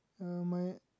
uh my